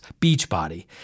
Beachbody